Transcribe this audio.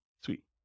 Sweet